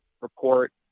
report